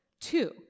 Two